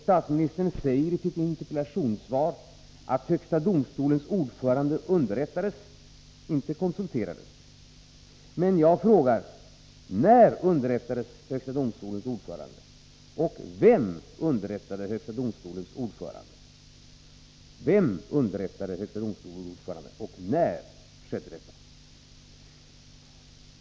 Statsministern säger i sitt interpellationssvar att högsta domstolens ordförande underrättades — inte att han konsulterades. Jag frågar: När underrättades högsta domstolens ordförande? Vem underrättade högsta domstolens ordförande?